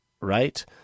right